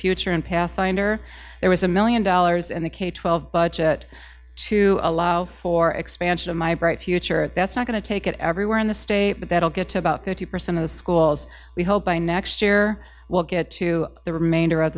future in pathfinder there was a million dollars and the k twelve budget to allow for expansion of my bright future that's not going to take it everywhere in the state but that will get about fifty percent of the schools we hope by next year will get to the remainder of